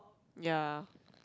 ya